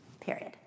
period